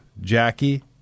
Jackie